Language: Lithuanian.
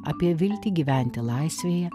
apie viltį gyventi laisvėje